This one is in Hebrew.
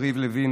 יריב לוין,